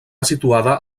situada